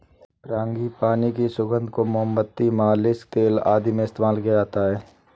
frangipani की सुगंध को मोमबत्ती, मालिश तेल आदि में इस्तेमाल किया जाता है